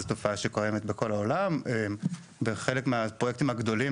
זו תופעה שקיימת בכל העולם וחלק מהפרויקטים הגדולים